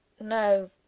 No